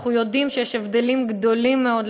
אנחנו יודעים שיש הבדלים גדולים מאוד,